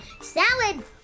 Salad